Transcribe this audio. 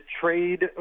trade